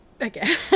again